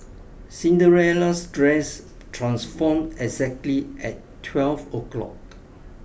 Cinderella's dress transformed exactly at twelve o'clock